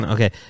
Okay